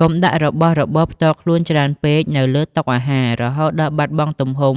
កុំដាក់របស់របរផ្ទាល់ខ្លួនច្រើនពេកនៅលើតុអាហារ រហូតដល់បាត់បង់ទំហំ